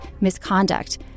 misconduct